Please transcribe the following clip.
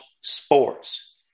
sports